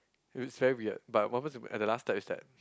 it was very weird but what happens at the last step is that